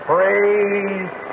Praise